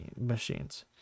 machines